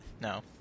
No